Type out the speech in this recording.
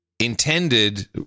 intended